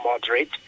moderate